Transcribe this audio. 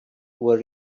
were